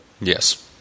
Yes